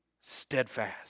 steadfast